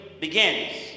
begins